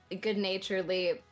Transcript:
good-naturedly